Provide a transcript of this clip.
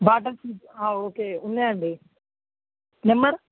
water ఫ్రూ okay ఉన్నాయండి number